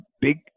big